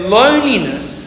loneliness